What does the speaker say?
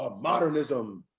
ah modernism,